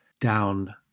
down